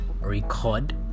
record